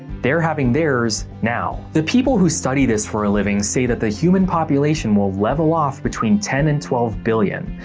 they're having theirs now. the people who study this for a living say that the human population will level off between ten and twelve billion,